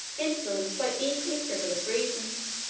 influenced by equally frivolous reasons.